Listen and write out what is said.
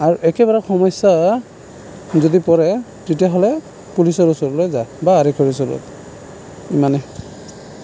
আৰু একেবাৰে সমস্যা যদি পৰে তেতিয়াহ'লে পুলিচৰ ওচৰলৈ যায় বা আৰক্ষীৰ ওচৰত ইমানেই